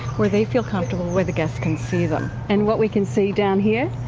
where they feel comfortable, where the guests can see them. and what we can see down here?